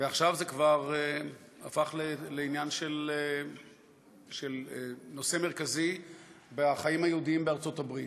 ועכשיו זה כבר הפך לעניין של נושא מרכזי בחיים היהודיים בארצות-הברית.